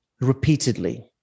repeatedly